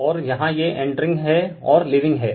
और यहाँ ये इंटरिंग हैं और लीविंग हैं